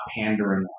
pandering